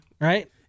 right